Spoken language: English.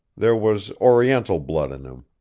there was oriental blood in him.